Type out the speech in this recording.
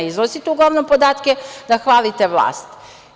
Iznosite uglavnom podatke da hvalite vlasti.